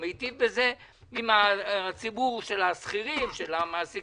הוא מטיב בזה עם הציבור של השכירים, של המעסיקים.